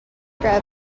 grab